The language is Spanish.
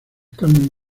carmen